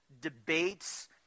debates